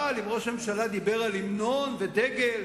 אבל אם ראש הממשלה דיבר על המנון ודגל,